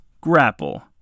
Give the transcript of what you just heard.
grapple